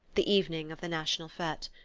the evening of the national fete.